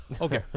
Okay